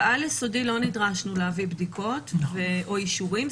בעל-יסודי לא נדרשנו להביא בדיקות או אישורים.